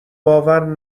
باور